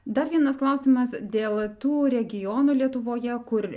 dar vienas klausimas dėl tų regionų lietuvoje kur